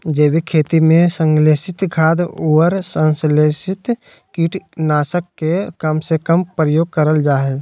जैविक खेती में संश्लेषित खाद, अउर संस्लेषित कीट नाशक के कम से कम प्रयोग करल जा हई